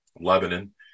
Lebanon